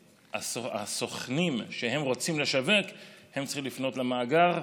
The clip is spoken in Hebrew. וכשסוכנים רוצים לשווק הם צריכים לפנות למאגר,